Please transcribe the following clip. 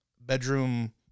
bedroom